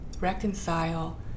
reconcile